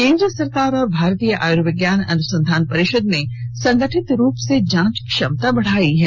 केन्द्र सरकार और भारतीय आयुर्विज्ञान अनुसंधान परिषद ने संगठित रूप से जांच क्षमता बढाई है